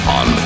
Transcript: on